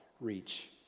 reach